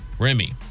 Remy